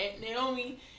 Naomi